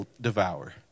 devour